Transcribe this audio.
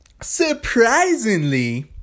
surprisingly